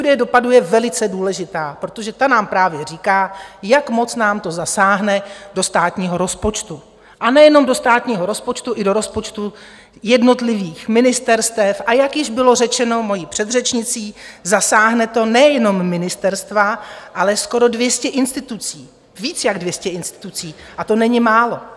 Studie dopadů je velice důležitá, protože ta nám právě říká, jak moc nám to zasáhne do státního rozpočtu, a nejenom do státního rozpočtu, i do rozpočtu jednotlivých ministerstev, a jak již bylo řečeno mojí předřečnicí, zasáhne to nejenom ministerstva, ale skoro dvě stě institucí, víc jak dvě stě institucí, a to není málo.